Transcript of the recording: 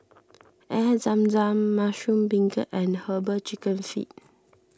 Air Zam Zam Mushroom Beancurd and Herbal Chicken Feet